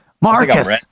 Marcus